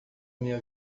minha